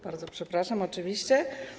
Bardzo przepraszam, oczywiście.